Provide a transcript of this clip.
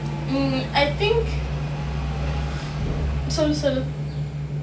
um I think சொல்லு சொல்லு:sollu sollu